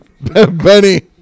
benny